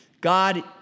God